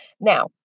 Now